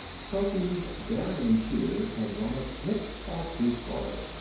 sophy's daring shears had gone a snip or two farther.